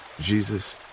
Jesus